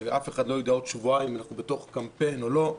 שאף אחד לא יודע אם בעוד שבועיים אנחנו בתוך קמפיין או לא,